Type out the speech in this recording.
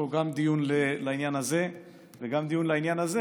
גם דיון לעניין הזה וגם דיון לעניין הזה,